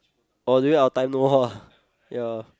oh during our time no ah ya